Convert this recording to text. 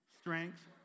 strength